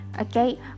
okay